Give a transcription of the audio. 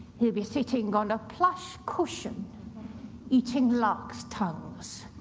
he'll be sitting on a plush cushion eating larks' tongues,